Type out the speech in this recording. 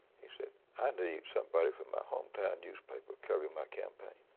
he says, i need somebody from my hometown newspaper covering my campaign.